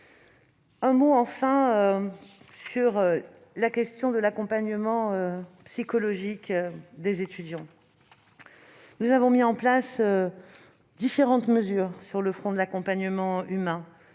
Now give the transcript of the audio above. un mot sur l'accompagnement psychologique des étudiants. Nous avons mis en place différentes mesures sur le front de l'accompagnement humain.